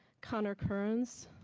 connor kerns,